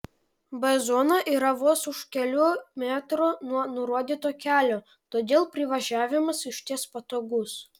b zona yra vos už kelių metrų nuo nurodyto kelio todėl privažiavimas išties patogus